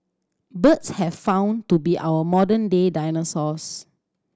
birds have found to be our modern day dinosaurs